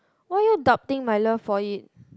why you all doubting my love for it